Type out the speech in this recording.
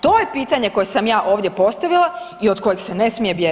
To je pitanje koje sam ja ovdje postavila i od kojeg se ne smije bježati.